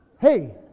Hey